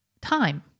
time